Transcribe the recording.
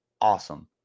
Awesome